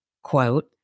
Quote